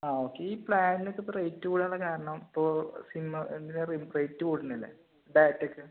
ആ ഓക്കെ ഈ പ്ലാനിനൊക്കെ ഇപ്പോള് റേറ്റ് കൂടുന്നതിനുള്ള കാരണം ഇപ്പോള് സിമ്മിനെല്ലാം റേറ്റ് കൂടുന്നില്ലേ ഡാറ്റയ്ക്ക്